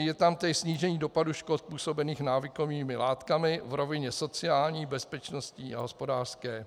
Je tam snížení dopadu škod způsobených návykovými látkami v rovině sociální, bezpečnostní a hospodářské.